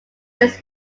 his